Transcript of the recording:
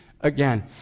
again